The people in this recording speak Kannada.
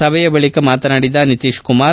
ಸಭೆ ಬಳಿಕ ಮಾತನಾಡಿದ ನಿತೀತ್ ಕುಮಾರ್